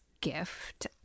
gift